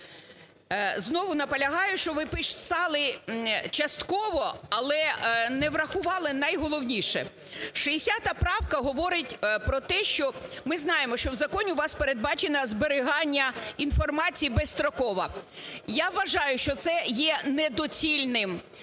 Знову наполягаю, що ви писали частково, але не врахували найголовніше. 60 правка говорить про те, що, ми знаємо, що в законі у вас передбачено зберігання інформації безстроково. Я вважаю, що це є недоцільним.